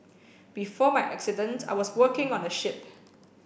before my accident I was working on a ship